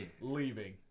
leaving